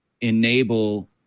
enable